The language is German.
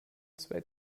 zwei